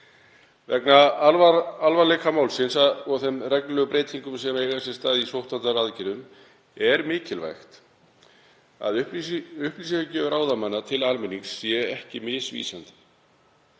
Vegna alvarleika málsins og þeirra reglulegu breytinga sem eiga sér stað í sóttvarnaaðgerðum er mikilvægt að upplýsingagjöf ráðamanna til almennings sé ekki misvísandi,